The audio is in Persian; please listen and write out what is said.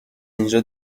اینجا